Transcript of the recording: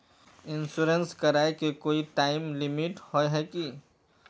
Insurance कराए के कोई टाइम लिमिट होय है की?